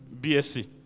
BSc